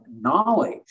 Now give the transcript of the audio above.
knowledge